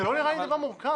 זה לא נראה לי דבר מורכב.